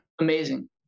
amazing